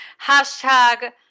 Hashtag